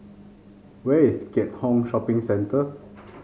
where is Keat Hong Shopping Centre